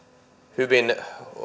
hyvin